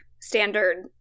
standard